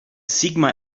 sigmar